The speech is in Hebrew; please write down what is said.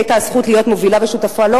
והיתה לי הזכות להיות מובילה ושותפה לה,